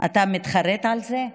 אתה מתחרט על זה?